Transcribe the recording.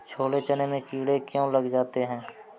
छोले चने में कीड़े क्यो लग जाते हैं?